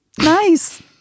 nice